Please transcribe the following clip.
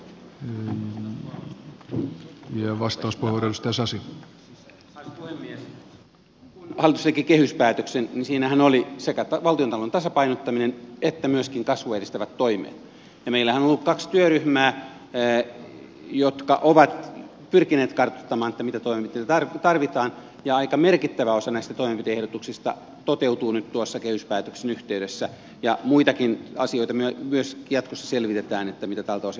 kun hallitus teki kehyspäätöksen niin siinähän oli sekä valtiontalouden tasapainottaminen että myöskin kasvua edistävät toimet ja meillähän on ollut kaksi työryhmää jotka ovat pyrkineet kartuttamaan mitä toimenpiteitä tarvitaan ja aika merkittävä osa näistä toimenpide ehdotuksista toteutuu nyt tuon kehyspäätöksen yhteydessä ja jatkossa selvitetään myös mitä muita asioita tältä osin voitaisiin tehdä